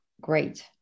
great